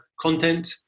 content